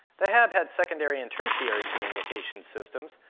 the hab had secondary and tertiary communication systems,